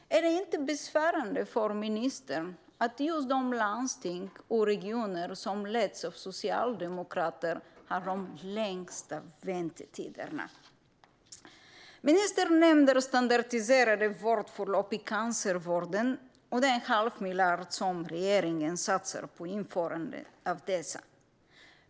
Är det inte besvärande för ministern att just de landsting och regioner som leds av socialdemokrater har de längsta väntetiderna? Ministern nämner standardiserade vårdförlopp i cancervården och den halvmiljard som regeringen satsar på införande av dessa.